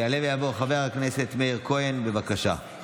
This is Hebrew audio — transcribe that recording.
יעלה ויבוא חבר הכנסת מאיר כהן, בבקשה.